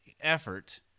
effort